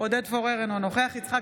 עודד פורר, אינו נוכח יצחק